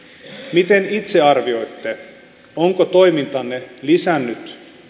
miten itse arvioitte onko toimintanne lisännyt